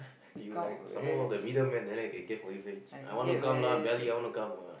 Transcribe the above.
you like some more the middle man right I can get from him very cheap I want to come lah barely I want to come what